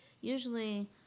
usually